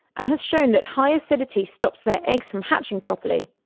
and has shown that high acidity stops their eggs from hatching properly.